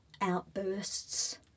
outbursts